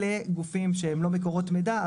אלו גופים שהם אינם מהווים למקורות מידע,